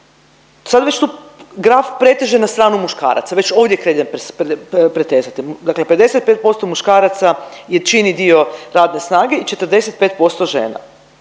sad već tu graf preteže na stranu muškaraca, već ovdje kreće pretezati, dakle 55% muškaraca čini dio radne snage i 45% žena.